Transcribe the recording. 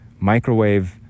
microwave